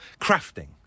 Crafting